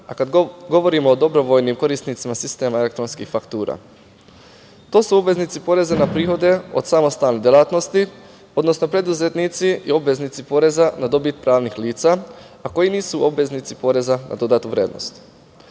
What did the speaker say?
a kada govorimo o dobrovoljnim korisnicima sistema elektronskih faktura, to su obveznici poreza na prihode od samostalne delatnosti, odnosno preduzetnici i obveznici poreza na dobit pravnih lica, a koji nisu obveznici poreza na dodatu vrednost. Ovi